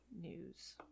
news